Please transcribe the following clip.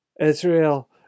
Israel